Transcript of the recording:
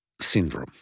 syndrome